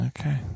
okay